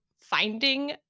finding